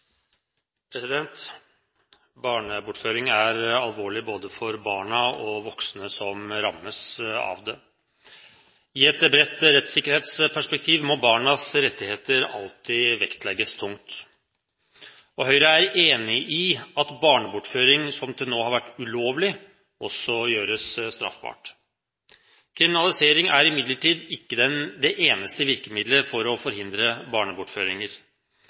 alvorlig både for barn og for voksne som rammes av det. I et bredt rettssikkerhetsperspektiv må barnas rettigheter alltid vektlegges tungt. Høyre er enig i at barnebortføring, som til nå har vært ulovlig, også gjøres straffbart. Kriminalisering er imidlertid ikke det eneste virkemidlet for å forhindre barnebortføringer.